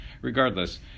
Regardless